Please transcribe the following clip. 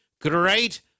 great